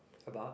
about